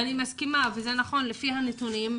ואני מסכימה וזה נכון לפי הנתונים,